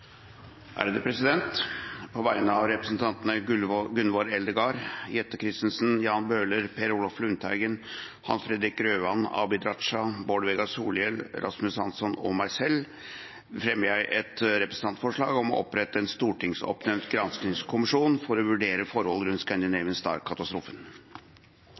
et representantforslag. På vegne av representantene Gunvor Eldegard, Jette F. Christensen, Jan Bøhler, Per Olaf Lundteigen, Hans Fredrik Grøvan, Abid Q. Raja, Bård Vegar Solhjell, Rasmus Hansson og meg selv fremmer jeg et representantforslag om å opprette en stortingsoppnevnt granskningskommisjon for å vurdere forhold rundt